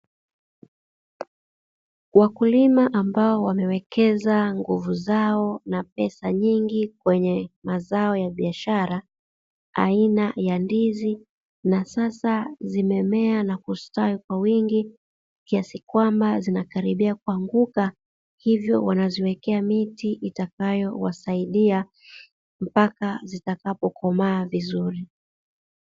Wakulima ambao wanawekeza nguvu zao na pesa nyingi kwenye mazao ya biashara, aina ya ndizi na sasa zimemea na kustawi kwa wingi kiasi kwamba zinakaribia kuanguka, hivyo wanaziwekea miti itakayowasaidia mpaka zitakapokomaa vizuri.